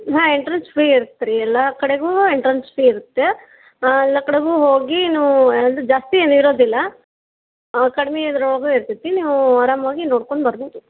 ಹಾಂ entrance fee ಇರತ್ ರೀ ಎಲ್ಲ ಕಡೆಗೂ ಎಂಟ್ರೆನ್ಸ್ ಫೀ ಇರುತ್ತೆ ಎಲ್ಲ ಕಡೆಗೂ ಹೋಗಿ ನೀವು ಅದು ಜಾಸ್ತಿ ಏನೂ ಇರೋದಿಲ್ಲ ಕಡ್ಮೆ ಇದ್ರೊಳಗೆ ಇರ್ತೈತಿ ನೀವು ಆರಾಮವಾಗಿ ನೋಡ್ಕೊಂಡು ಬರ್ಬೋದು